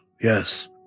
yes